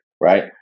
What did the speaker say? right